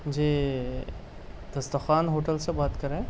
جی Dastarkhwan hotel سے بات کر رہے ہیں